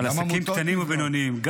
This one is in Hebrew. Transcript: עסקים קטנים ובינוניים.